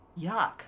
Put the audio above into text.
yuck